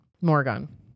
morgan